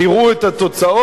תראו את התוצאות,